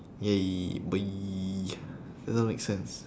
!yay! boy doesn't make sense